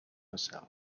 herself